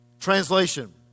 Translation